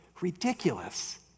ridiculous